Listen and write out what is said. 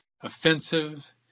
Offensive